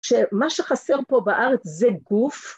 ‫שמה שחסר פה בארץ זה גוף.